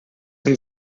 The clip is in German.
denn